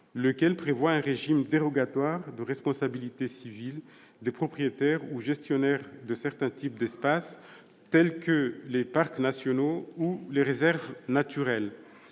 lequel prévoit un régime dérogatoire de responsabilité civile des propriétaires ou gestionnaires de certains types d'espaces, tels que les parcs nationaux ou les réserves naturelles.